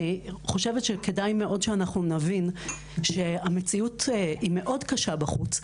אני חושבת שכדאי מאוד שאנחנו נבין שהמציאות מאוד קשה בחוץ.